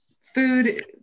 food